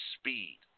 speed